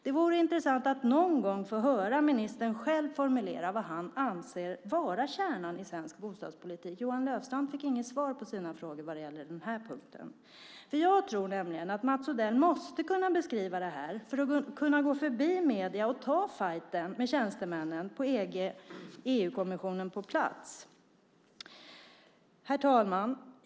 Det vore intressant att någon gång få höra ministern själv formulera vad han anser vara kärnan i svensk bostadspolitik. Johan Löfstrand fick inga svar på sina frågor vad gäller den punkten. Jag tror nämligen att Mats Odell måste kunna beskriva det för att kunna gå förbi medierna och ta fajten med tjänstemännen i EU-kommissionen på plats. Herr talman!